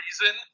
reason